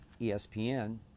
ESPN